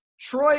Troy